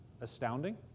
astounding